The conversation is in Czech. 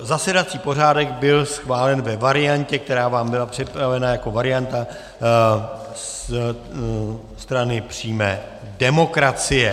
Zasedací pořádek byl schválen ve variantě, která vám byla připravena jako varianta Strany přímé demokracie.